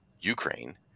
Ukraine